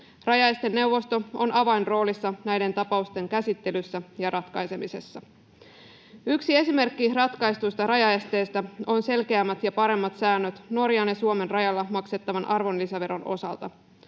Rajaesteneuvosto on avainroolissa näiden tapausten käsittelyssä ja ratkaisemisessa. Yksi esimerkki ratkaistuista rajaesteistä on selkeämmät ja paremmat säännöt Norjan ja Suomen rajalla maksettavan arvonlisäveron osalta.